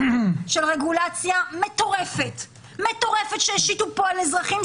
של רגולציה מטורפת שהשיתו פה על אזרחים,